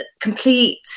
complete